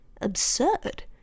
absurd